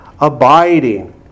abiding